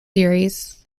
series